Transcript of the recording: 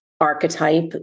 archetype